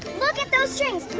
look at those drinks!